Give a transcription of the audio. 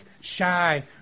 shy